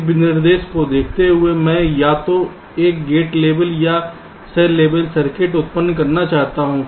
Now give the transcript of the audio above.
एक विनिर्देश को देखते हुए मैं या तो एक गेट लेबल या सेल लेबल सर्किट उत्पन्न करना चाहता हूं